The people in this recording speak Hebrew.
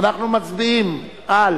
ואנחנו מצביעים על